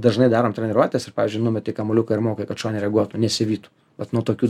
dažnai darom treniruotes ir pavyzdžiui numetei kamuoliuką ir mokai kad šuo nereaguotų nesivytų vat nuo tokių